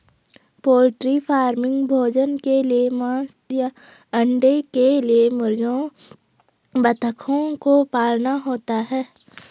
poultry farming भोजन के लिए मांस या अंडे के लिए मुर्गियों बतखों को पालना होता है